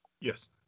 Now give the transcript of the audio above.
Yes